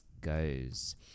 goes